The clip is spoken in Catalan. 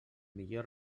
millor